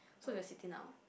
so we're sitting down